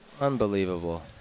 Unbelievable